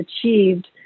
achieved